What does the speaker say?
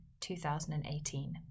2018